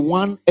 one